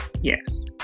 Yes